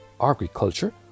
Agriculture